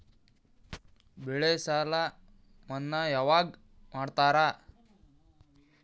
ಬೆಳೆ ಸಾಲ ಮನ್ನಾ ಯಾವಾಗ್ ಮಾಡ್ತಾರಾ?